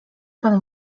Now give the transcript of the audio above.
pan